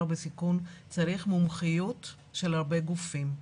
בסיכון צריך מומחיות של הרבה גופים.